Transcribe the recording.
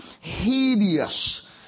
hideous